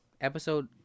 Episode